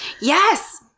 yes